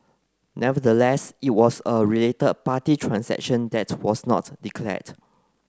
nonetheless it was a related party transaction that was not declared